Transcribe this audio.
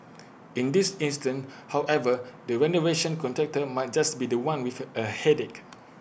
in this instance however the renovation contractor might just be The One with A headache